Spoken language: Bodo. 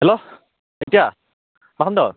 हेल्ल' मा खालामदो